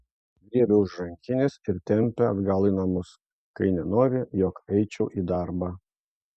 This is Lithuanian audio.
griebia už rankinės ir tempia atgal į namus kai nenori jog eičiau į darbą